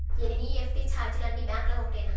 NEFT ఛార్జీలు అన్నీ బ్యాంక్లకూ ఒకటేనా?